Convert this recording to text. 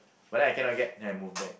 but then I cannot get then I move back